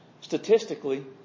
Statistically